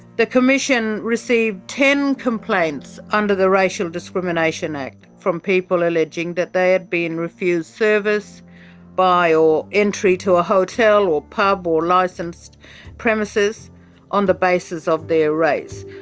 the commission received ten complaints under the racial discrimination act from people alleging that they had been refused service by, or entry to, a hotel or pub or licensed premises on the basis of their race.